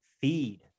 feed